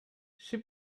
she